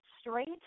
straight